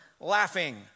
laughing